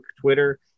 Twitter